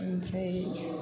ओमफ्राय